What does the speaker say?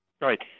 Right